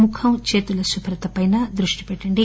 ముఖం చేతుల శుభ్రతపై దృష్టిపెట్టండి